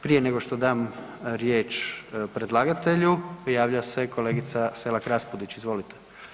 Prije nego što dam riječ predlagatelju, javlja se kolegica Selak Raspudić, izvolite.